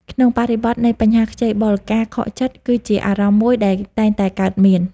ក្នុងបរិបទនៃបញ្ហាខ្ចីបុល ការខកចិត្ត គឺជាអារម្មណ៍មួយដែលតែងតែកើតមាន។